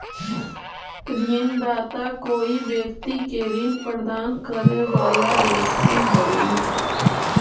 ऋणदाता कोई व्यक्ति के ऋण प्रदान करे वाला व्यक्ति हइ